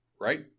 right